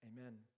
Amen